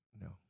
No